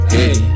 Hey